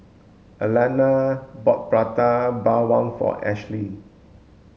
Aleena bought Prata Bawang for Ashly